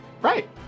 Right